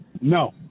No